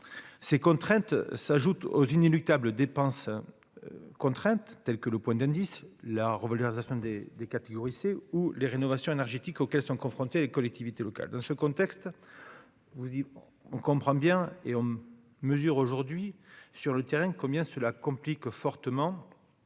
ses contraintes s'ajoutent aux inéluctables dépenses contraintes telles que le point d'indice, la revolver des des catégories C ou les rénovations énergétiques auxquels sont confrontés les collectivités locales, dans ce contexte, vous y on comprend bien et on mesure aujourd'hui sur le terrain, combien cela complique fortement